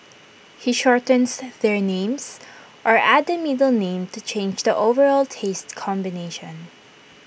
he shortens their names or adds the middle name to change the overall taste combination